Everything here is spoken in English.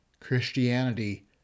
Christianity